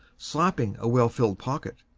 slapping a well-filled pocket.